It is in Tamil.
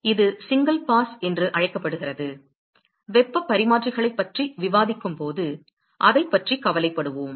எனவே இது சிங்கிள் பாஸ் என்று அழைக்கப்படுகிறது வெப்பப் பரிமாற்றிகளைப் பற்றி விவாதிக்கும்போது அதைப் பற்றி கவலைப்படுவோம்